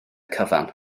cyfan